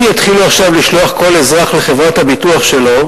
אם יתחילו עכשיו לשלוח כל אזרח לחברת הביטוח שלו,